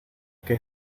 que